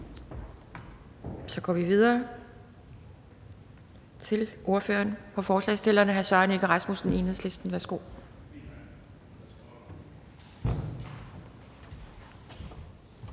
så går vi videre til ordføreren for forslagsstillerne, hr. Søren Egge Rasmussen, Enhedslisten. Værsgo.